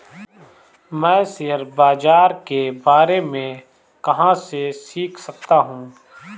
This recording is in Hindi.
मैं शेयर बाज़ार के बारे में कहाँ से सीख सकता हूँ?